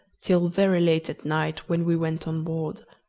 till very late at night, when we went on board.